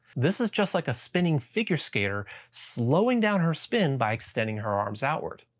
this is just like a spinning figure skater slowing down her spin by extending her arms outward.